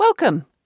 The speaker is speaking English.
Welcome